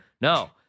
No